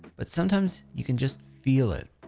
but sometimes you can just feel it.